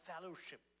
fellowship